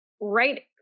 right